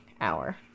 hour